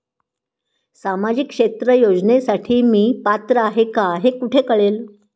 सामाजिक क्षेत्र योजनेसाठी मी पात्र आहे का हे कुठे कळेल?